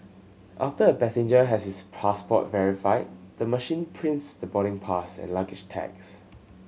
after a passenger has his passport verified the machine prints the boarding pass and luggage tags